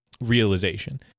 realization